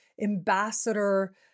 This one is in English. ambassador